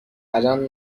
الان